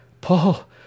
Paul